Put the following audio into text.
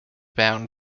bound